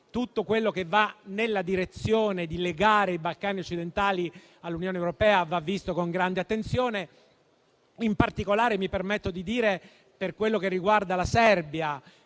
tutto ciò che va nella direzione di legare i Balcani occidentali all'Unione europea va visto con grande attenzione, in particolare - mi permetto di dire - per quello che riguarda la Serbia,